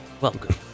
Welcome